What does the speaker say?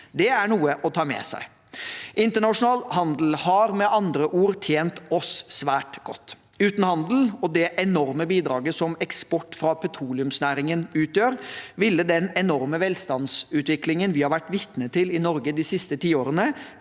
Det er noe å ta med seg. Internasjonal handel har med andre ord tjent oss svært godt. Uten handel og det enorme bidraget som eksport fra petroleumsnæringen utgjør, ville den enorme velstandsutviklingen vi har vært vitne til i Norge de siste tiårene,